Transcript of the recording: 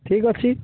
ଠିକ ଅଛି